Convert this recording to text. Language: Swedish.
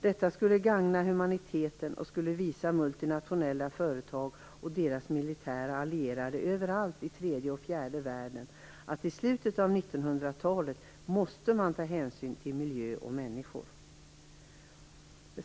Detta skulle gagna humaniteten, och det skulle visa de multinationella företagen och deras militära allierade överallt i tredje och fjärde världen att i slutet av 1900-talet måste man ta hänsyn till miljö och till människor.